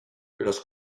los